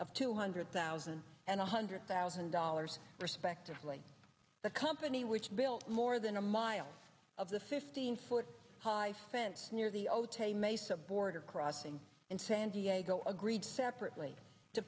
of two hundred thousand and one hundred thousand dollars respectively the company which built more than a mile of the fifteen foot high fence near the otay mesa border crossing in san diego agreed separately to